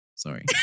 Sorry